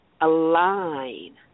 align